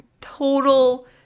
total